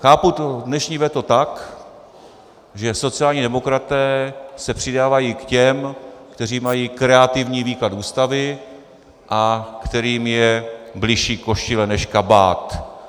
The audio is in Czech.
Chápu dnešní veto tak, že sociální demokraté se přidávají k těm, kteří mají kreativní výklad Ústavy a kterým je bližší košile než kabát.